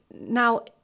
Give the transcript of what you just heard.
Now